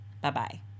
Bye-bye